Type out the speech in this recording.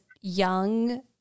young